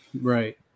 Right